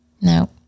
no